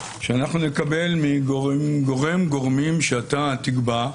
שאנחנו נקבל מגורם או גורמים שאתה תקבע,